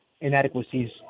inadequacies